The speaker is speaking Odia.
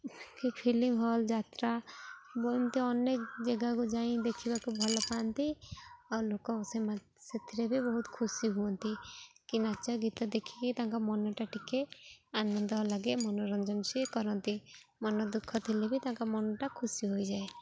କି ଫିଲିମ ହଲ ଯାତ୍ରା ବ ଏମିତି ଅନେକ ଜାଗାକୁ ଯାଇ ଦେଖିବାକୁ ଭଲ ପାାଆନ୍ତି ଆଉ ଲୋକ ସେ ସେଥିରେ ବି ବହୁତ ଖୁସି ହୁଅନ୍ତି କି ନାଚ ଗୀତ ଦେଖିକି ତାଙ୍କ ମନଟା ଟିକେ ଆନନ୍ଦ ଲାଗେ ମନୋରଞ୍ଜନ ସିଏ କରନ୍ତି ମନ ଦୁଃଖ ଥିଲେ ବି ତାଙ୍କ ମନଟା ଖୁସି ହୋଇଯାଏ